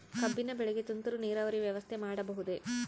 ಕಬ್ಬಿನ ಬೆಳೆಗೆ ತುಂತುರು ನೇರಾವರಿ ವ್ಯವಸ್ಥೆ ಮಾಡಬಹುದೇ?